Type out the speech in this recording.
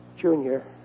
Junior